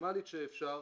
המקסימלית שאפשר.